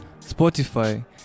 Spotify